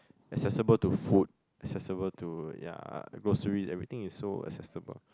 accessible to food accessible to ya groceries everything is so accessible